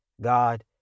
God